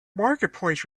marketplace